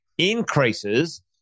increases